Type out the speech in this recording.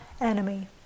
enemy